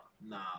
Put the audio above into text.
Nah